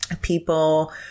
people